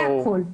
זה הכול.